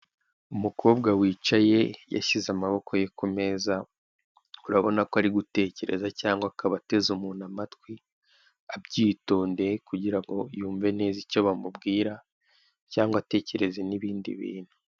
Umukobwa wicaye yashyize amaboko ye ku meza, urabona ko ari gutekereza cyangwa akaba ateze umuntu amatwi abyitondeye kugira ngo yumve neza icyo bamubwira cyangwa atekereze n'ibindi bintu.